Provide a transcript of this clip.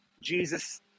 Jesus